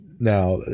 Now